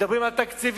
מדברים על תקציבים,